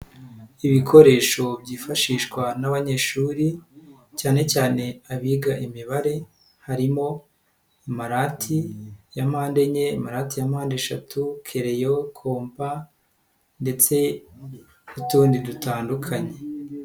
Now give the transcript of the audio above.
Ibikoresho byifashishwa n'abanyeshuri, cyanecyane abiga imibare. Harimo amarati ya mpande enye amarati ya mpandeshatu kereyo kompa, ndetse n'utundi dutandukanye.